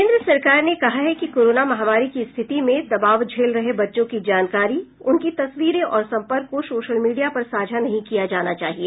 केन्द्र सरकार ने कहा है कि कोरोना महामारी की स्थिति में दबाव झेल रहे बच्चों की जानकारी उनकी तस्वीरें और संपर्क को सोशल मीडिया पर साझा नहीं किया जाना चाहिए